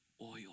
oil